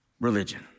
religion